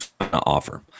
offer